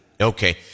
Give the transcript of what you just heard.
okay